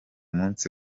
munsi